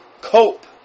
cope